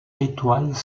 étoiles